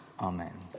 Amen